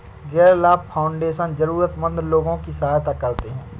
गैर लाभ फाउंडेशन जरूरतमन्द लोगों की सहायता करते हैं